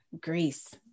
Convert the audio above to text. Greece